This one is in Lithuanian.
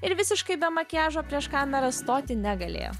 ir visiškai be makiažo prieš kameras stoti negalėjo